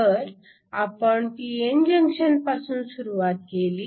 तर आपण p n junction पासून सुरुवात केली